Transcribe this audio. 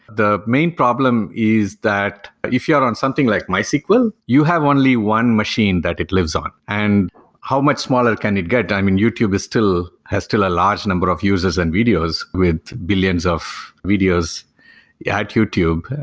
the main problem is that if you are on something like mysql, um you have only one machine that it lives on. and how much smaller can it get? i mean, youtube is still, has still a large number of users and videos with billions of videos at youtube.